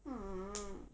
hmm